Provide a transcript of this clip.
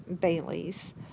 Baileys